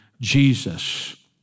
Jesus